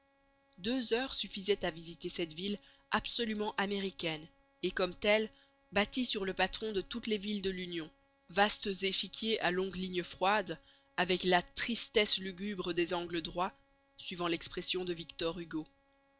deux heures suffisaient à visiter cette ville absolument américaine et comme telle bâtie sur le patron de toutes les villes de l'union vastes échiquiers à longues lignes froides avec la tristesse lugubre des angles droits suivant l'expression de victor hugo